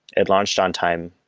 it launched on time.